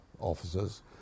officers